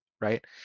Right